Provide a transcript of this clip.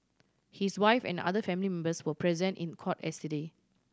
his wife and other family members were present in court yesterday